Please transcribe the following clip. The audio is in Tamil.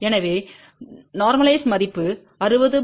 எனவே நோர்மலைஸ் மதிப்பு 6050 1